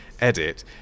edit